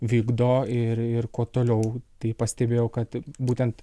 vykdo ir ir kuo toliau tai pastebėjau kad būtent